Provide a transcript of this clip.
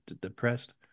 depressed